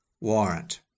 warrant